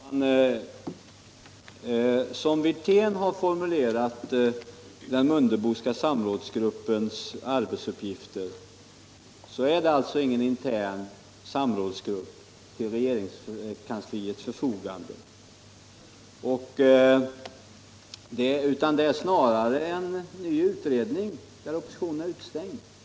Herr talman! Så som herr Wirtén har formulerat den Mundeboska samrådsgruppens arbetsuppgifter är det alltså ingen intern samrådsgrupp till regeringskansliets förfogande. Det är snarare en ny utredning, från vilken oppositionen är utestängd.